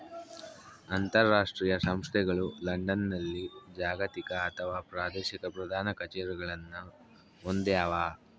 ಅಂತರಾಷ್ಟ್ರೀಯ ಸಂಸ್ಥೆಗಳು ಲಂಡನ್ನಲ್ಲಿ ಜಾಗತಿಕ ಅಥವಾ ಪ್ರಾದೇಶಿಕ ಪ್ರಧಾನ ಕಛೇರಿಗಳನ್ನು ಹೊಂದ್ಯಾವ